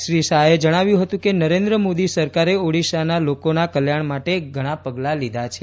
શ્રી શાહે જણાવ્યું હતું કે નરેન્દ્ર મોદી સરકારે ઓડિશાના લોકોના કલ્યાણ માટે ઘણા પગલાં લીધા છે